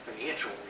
financial